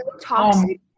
toxic